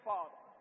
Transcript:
Father